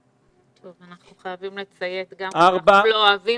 אנחנו חייבים לציית גם כשאנחנו לא אוהבים